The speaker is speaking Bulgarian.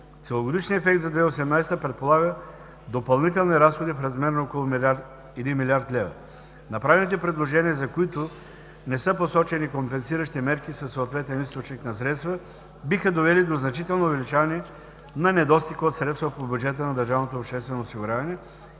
Целогодишният ефект за 2018 г. предполага допълнителни разходи в размер на около 1 млрд. лв. Направените предложения, за които не са посочени компенсиращи мерки със съответен източник на средства, биха довели до значително увеличаване на недостига от средства по бюджета на